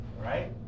right